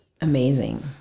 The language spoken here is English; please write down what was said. amazing